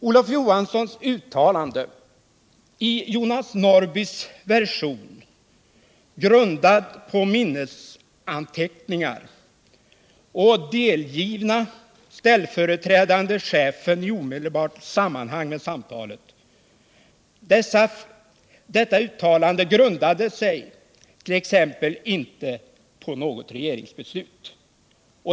Olof Johanssons uttalanden i Jonas Norrbys version — grundad på minnesanteckningar och delgiven ställföreträdande chefen i omedelbart sammanhang med samtalet — grundade sig inte på något regeringsbeslut.